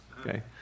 okay